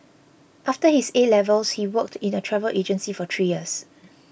after his A levels he worked in a travel agency for three years